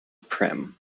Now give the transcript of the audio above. prim